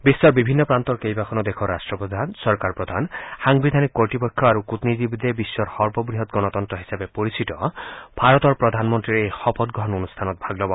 বিশ্বৰ বিভিন্ন প্ৰান্তৰ কেইবাখনো দেশৰ ৰাট্টপ্ৰধান চৰকাৰপ্ৰধান সাংবিধানিক কৰ্তৃপক্ষ আৰু কূটনীতিবিদে বিশ্বৰ সৰ্ববৃহৎ গণতন্ত্ৰ হিচাপে পৰিচিত ভাৰতৰ প্ৰধানমন্তীৰ এই শপতগ্ৰহণ অনুষ্ঠানত ভাগ ল'ব